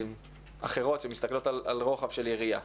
אחרות שמסתכלות על רוחב של יריעה,